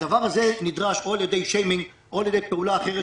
הדבר הזה נדרש או לשיימינג או לפעולה אחרת,